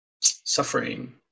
suffering